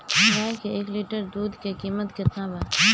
गाय के एक लीटर दूध के कीमत केतना बा?